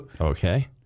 Okay